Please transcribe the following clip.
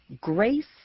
grace